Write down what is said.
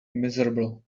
miserable